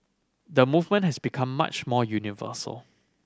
the movement has become much more universal